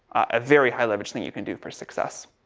a very high leverage thing you can do for success.